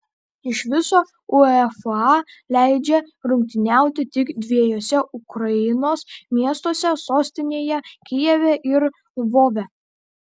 iš viso uefa leidžia rungtyniauti tik dviejuose ukrainos miestuose sostinėje kijeve ir lvove